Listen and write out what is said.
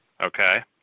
Okay